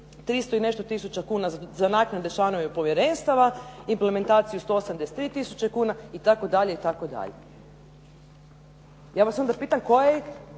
300 i nešto tisuća kuna za naknade članovima povjerenstava, implementaciju 183 tisuće kuna itd. Ja vas onda pitam na koji